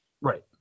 Right